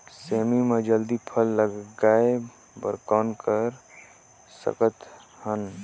सेमी म जल्दी फल लगाय बर कौन कर सकत हन?